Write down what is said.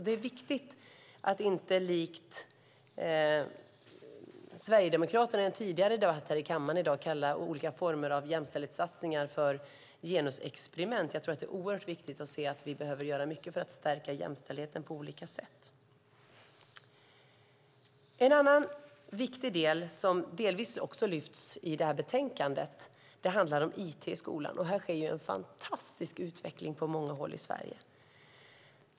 Det är viktigt att inte likt Sverigedemokraterna tidigare i dag i kammaren kalla olika former av jämställdhetssatsningar för genusexperiment. Det är oerhört viktigt att se att vi behöver göra mycket för att stärka jämställdheten på olika sätt. En annan viktig del som delvis också lyfts fram i betänkandet handlar om it i skolan. Här sker en fantastisk utveckling på många håll i Sverige.